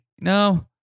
No